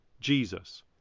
Jesus